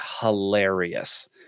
hilarious